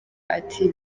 ati